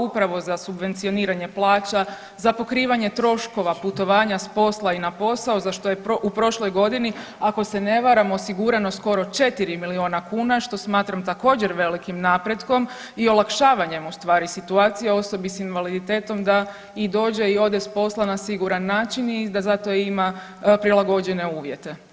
Upravo za subvencioniranje plaća, za pokrivanje troškova putovanja s posla i na posao za što je u prošloj godini ako se ne varam osigurano skoro 4 miliona kuna što smatram također velikim napretkom i olakšavanjem u stvari situacije osobi s invaliditetom da i dođe i ode s posla na siguran način i da zato ima prilagođene uvjete.